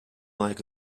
like